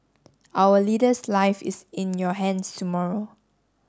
our leader's life is in your hands tomorrow